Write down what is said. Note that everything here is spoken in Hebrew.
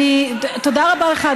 תודה רבה לך,